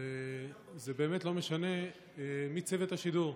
וזה באמת לא משנה מי צוות השידור,